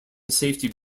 safety